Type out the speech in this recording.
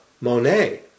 Monet